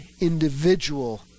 individual